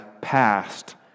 passed